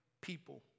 people